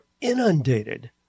inundated